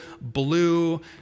blue